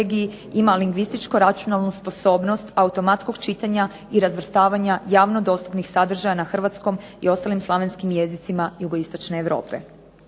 ima lingvističku računalnu sposobnost automatskog čitanja i razvrstavanja javno dostupnih sadržaja na hrvatskom i ostalim slavenskim jezicima jugoistočne Europe.